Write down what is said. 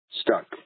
Stuck